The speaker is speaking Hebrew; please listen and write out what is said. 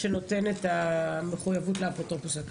שנותן את המחויבות לאפוטרופוס הכללי.